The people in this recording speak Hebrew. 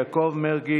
יעקב מרגי,